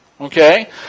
Okay